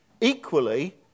Equally